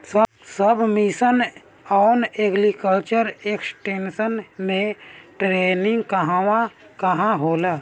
सब mission on agriculture extension मै training कहवा कहा होला?